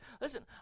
listen